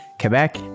Quebec